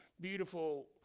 beautiful